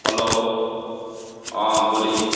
hello हाँ बोलिए